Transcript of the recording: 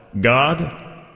God